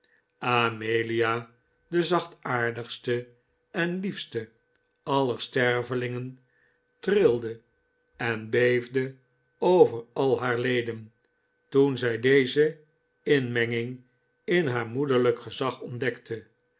amelia de zachtaardigste en liefste aller stervelingen trilde en beefde over al haar leden toen zij deze inmenging in haar moederlijk gezag ontdekte